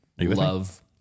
love